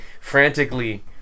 frantically